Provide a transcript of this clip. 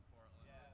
Portland